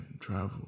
Travel